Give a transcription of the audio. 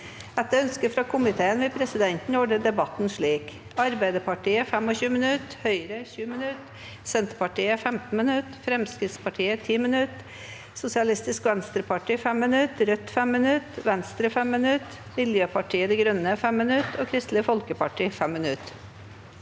forsvarskomiteen vil presidenten ordne debatten slik: Arbeiderpartiet 25 minutter, Høyre 20 minutter, Senterpartiet 15 minutter, Fremskrittspartiet 10 minutter, Sosialistisk Venstreparti 5 minutter, Rødt 5 minutter, Venstre 5 minutter, Miljøpartiet De Grønne 5 minutter og Kristelig Folkeparti 5 minutter.